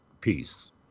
Peace